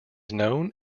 known